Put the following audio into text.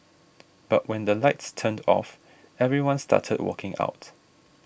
but when the lights turned off everyone started walking out